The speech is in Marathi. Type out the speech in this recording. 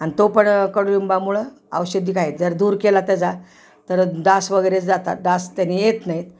आणि तो पण कडुलिंबामुळं औषधि आहेत जर धूर केला त्याचा तर डास वगैरे जातात डास त्यानी येत नाहीत